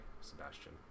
Sebastian